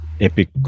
epic